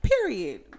Period